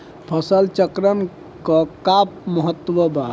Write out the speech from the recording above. फसल चक्रण क का महत्त्व बा?